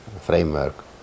framework